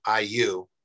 IU